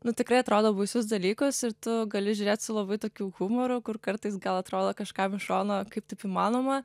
nu tikrai atrodo baisus dalykus ir tu gali žiūrėt su labai tokiu humoru kur kartais gal atrodo kažkam iš šono kaip taip įmanoma